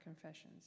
confessions